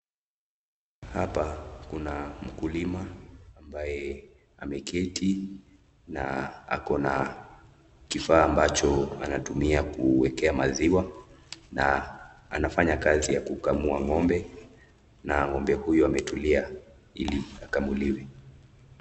Hapa kuna mkulima ambaye ameketi na akona kifaa ambacho anatumia kuweka maziwa, na anafanya kazi ya kukamua ng'ombe, na ng'ombe huyu ametulia ili akamuliwe.